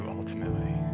ultimately